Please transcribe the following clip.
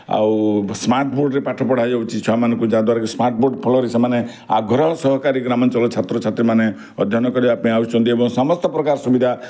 ଆଉ ସ୍ମାର୍ଟ୍ ବୋର୍ଡ଼ରେ ପାଠ ପଢ଼ା ହେଇଯାଉଛି ଛୁଆମାନଙ୍କୁ ଯାହାଦ୍ୱାରା କି ସ୍ମାର୍ଟ୍ ବୋର୍ଡ଼୍ ଫଳରେ ସେମାନେ ଆଗ୍ରହ ସହକାରେ ଗ୍ରାମାଞ୍ଚଳ ଛାତ୍ରଛାତ୍ରୀମାନେ ଅଧ୍ୟୟନ କରିବା ପାଇଁ ଆସୁଛନ୍ତି ଏବଂ ସମସ୍ତ ପ୍ରକାର ସୁବିଧା